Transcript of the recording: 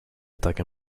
attaque